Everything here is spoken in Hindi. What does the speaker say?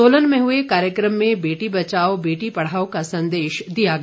सोलन में हुए कार्यक्रम में बेटी बचाओ बेटी पढ़ाओ का संदेश दिया गया